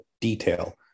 detail